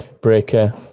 breaker